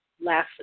last